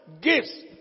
gifts